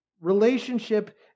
relationship